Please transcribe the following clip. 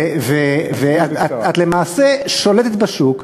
ואת למעשה שולטת בשוק.